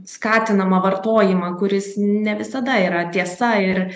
skatinamą vartojimą kuris ne visada yra tiesa ir